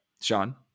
sean